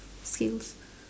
skills